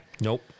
Nope